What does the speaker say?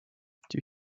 due